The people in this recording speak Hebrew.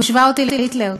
הוא השווה אותי להיטלר.